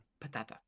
patata